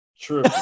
True